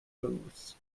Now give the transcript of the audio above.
rules